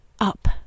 Up